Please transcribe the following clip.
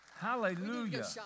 Hallelujah